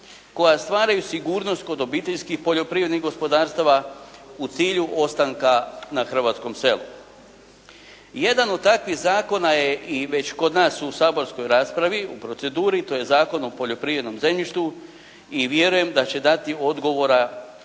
koja stvaraju sigurnost kod obiteljskih poljoprivrednih gospodarstava u cilju ostanka na hrvatskom selu. Jedan od takvih zakona je i već kod nas u saborskoj raspravi, u proceduri. To je Zakon o poljoprivrednom zemljištu i vjerujem da će dati odgovora